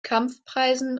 kampfpreisen